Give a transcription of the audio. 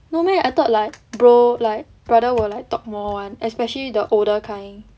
no meh I thought like bro like brother will like talk more [one] especially the older kind